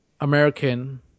American